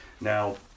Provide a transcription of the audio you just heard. Now